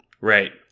right